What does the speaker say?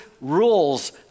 rules